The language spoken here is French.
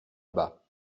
bas